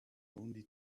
only